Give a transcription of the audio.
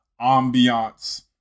ambiance